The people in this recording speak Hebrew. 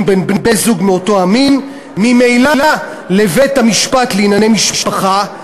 בין בני-זוג מאותו המין ממילא לבית-המשפט לענייני משפחה.